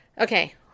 okay